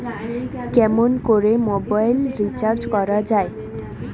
কেমন করে mobile recharge করা য়ায়?